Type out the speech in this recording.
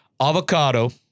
avocado